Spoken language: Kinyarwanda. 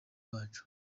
bacu